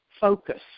focus